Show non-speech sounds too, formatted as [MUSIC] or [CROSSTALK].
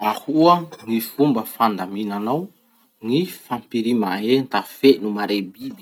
Ahoa [NOISE] ny fomba fandaminanao ny fampirima enta feno mare bibiky?